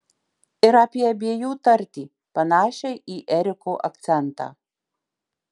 ir apie abiejų tartį panašią į eriko akcentą